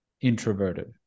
introverted